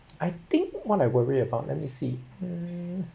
I think what I worry about let me see mm